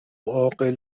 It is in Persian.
عاقل